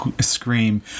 scream